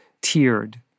tiered